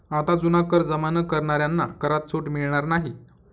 आता जुना कर जमा न करणाऱ्यांना करात सूट मिळणार नाही